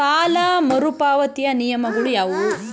ಸಾಲ ಮರುಪಾವತಿಯ ನಿಯಮಗಳು ಯಾವುವು?